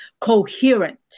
coherent